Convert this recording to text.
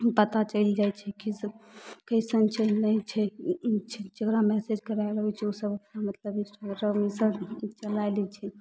पता चैलि जाइ छै कि सब कइसन छै नहि छै जकरा मैसेज करैके रहै छै ओसब मतलब इन्स्टाग्राम ईसब चलाय लै छै